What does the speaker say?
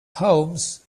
homes